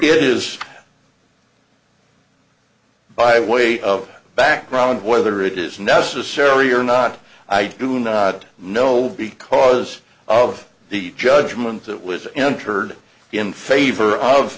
it is by way of background whether it is necessary or not i do not know because of the judgment that was entered in favor of